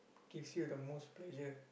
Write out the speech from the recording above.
gives you the most pleasure